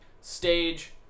stage